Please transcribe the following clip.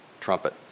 trumpet